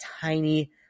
tiny